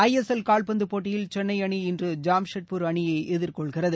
ஐ S L கால்பந்து போட்டியில் சென்னை அணி இன்று ஜாம்ஷெட்பூர் அணியை எதிர்கொள்கிறது